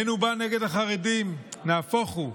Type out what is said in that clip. אין הוא בא נגד החרדים, נהפוך הוא.